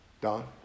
Don